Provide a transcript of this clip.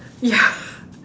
ya